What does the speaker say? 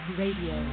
radio